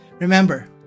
Remember